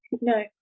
no